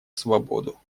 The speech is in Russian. свободу